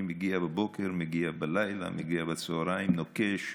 אני מגיע בבוקר, מגיע בלילה, מגיע בצוהריים, נוקש.